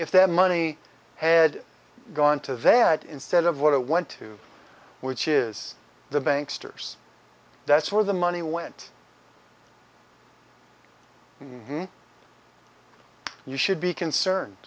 if that money had gone to that instead of what it went to which is the banks toure's that's where the money went and you should be concerned